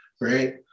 right